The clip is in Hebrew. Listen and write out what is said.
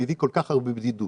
זה מביא כל כך הרבה בדידות.